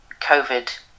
COVID